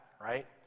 right